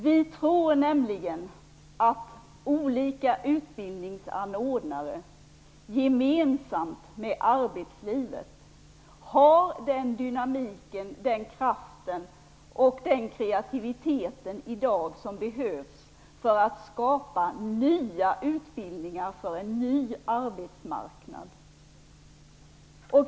Vi tror nämligen att olika utbildningsanordnare gemensamt med arbetslivet har den dynamik, kraft och kreativitet som i dag behövs för att skapa nya utbildningar för en ny arbetsmarknad.